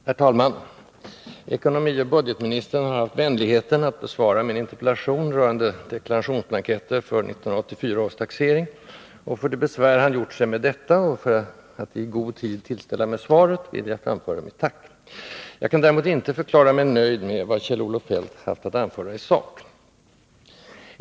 Herr talman! Ekonomioch budgetministern har haft vänligheten att besvara min interpellation rörande deklarationsblanketter för 1984 års taxering, och för det besvär han gjort sig med detta och med att i god tid tillställa mig svaret vill jag framföra mitt tack. Jag kan däremot inte förklara mig nöjd med vad Kjell-Olof Feldt har haft att anföra i sak.